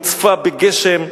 הוצפה בגשם.